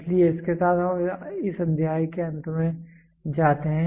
इसलिए इसके साथ हम इस अध्याय के अंत में आते हैं